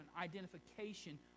identification